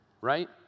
right